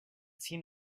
seen